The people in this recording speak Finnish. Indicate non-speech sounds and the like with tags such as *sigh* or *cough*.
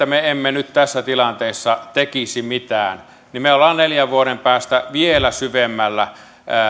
*unintelligible* me emme nyt tässä tilanteessa tekisi mitään niin me olisimme neljän vuoden päästä vielä syvemmällä